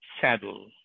saddle